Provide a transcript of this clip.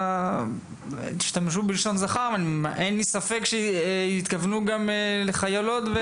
אין לי ספק שהתכוונו גם לחיילות.